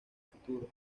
futuro